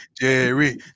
Jerry